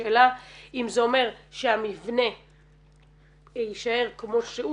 השאלה אם זה אומר שהמבנה יישאר כמו שהוא